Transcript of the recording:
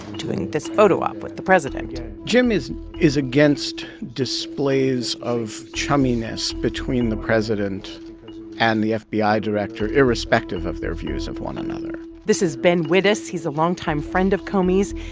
doing this photo op with the president jim is is against displays of chumminess between the president and the fbi director irrespective of their views of one another this is ben wittes. he's a longtime friend of comey's.